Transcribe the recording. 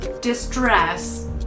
distress